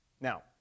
Now